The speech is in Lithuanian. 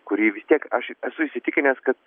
kurį vis tiek aš esu įsitikinęs kad